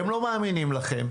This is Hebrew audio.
הם לא מאמינים לכם,